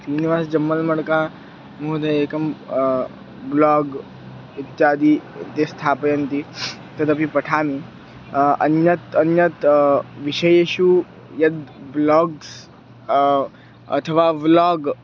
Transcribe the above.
श्रीनिवासजम्बल्मणका महोदयः एकं ब्लाग् इत्यादि ते स्थापयन्ति तदपि पठामि अन्यत् अन्यत् विषयेषु यद् ब्लाग्स् अथवा व्लाग्